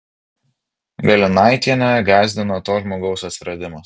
galinaitienę gąsdina to žmogaus atsiradimas